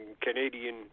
Canadian